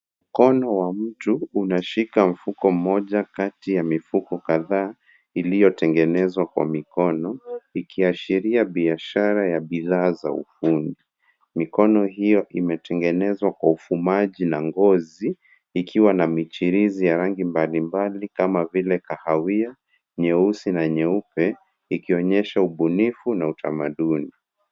Mkono wa mtu unashika mfuko mmoja kati ya mifuko kadhaa iliyotengenezwa kwa mikono, ikiasharia biashara ya bidhaa za ufundi. Mikono hio imetengenezwa kwa ufumaji na ngozi, ikiwa na michirizi ya rangi mbali mbali kama vile: kahawia, nyeusi na nyeupe, ikionyesha ubunifu na utamaduni.